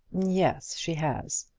yes she has.